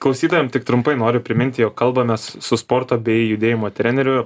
klausytojam tik trumpai noriu priminti jog kalbamės su sporto bei judėjimo treneriu